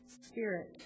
Spirit